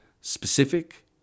specific